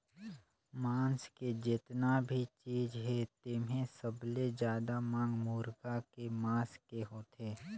मांस के जेतना भी चीज हे तेम्हे सबले जादा मांग मुरगा के मांस के होथे